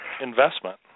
investment